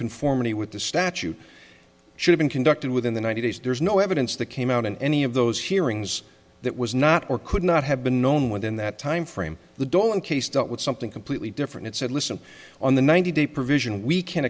conformity with the statute should've been conducted within the ninety days there's no evidence that came out in any of those hearings that was not or could not have been known within that time frame the dolan case dealt with something completely different it said listen on the ninety day provision we can